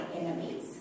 enemies